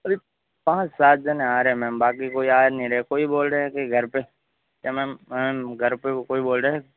अभी पाँच सात जन आ रहे हैं मैम बाकी कोई आ नहीं रहे कोई बोल रहे हैं कि घर पे क्या मैम घर पे वह कोई बोल रहे है